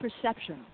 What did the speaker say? perception